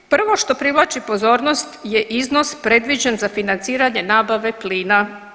Prvo što privlači pozornost je iznos predviđen za financiranje nabave plina.